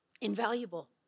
invaluable